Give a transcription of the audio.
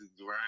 Right